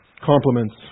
compliments